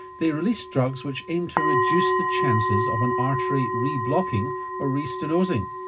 they release drugs which aim to reduce the chances of an artery re-blocking or re-stenosing.